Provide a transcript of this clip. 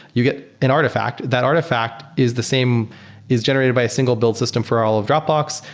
you get an artifact. that artifact is the same is generated by a single build system for all of dropbox.